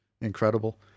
incredible